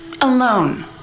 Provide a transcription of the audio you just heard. Alone